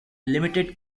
limited